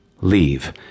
Leave